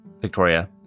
victoria